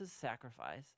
sacrifice